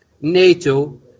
NATO